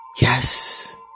Yes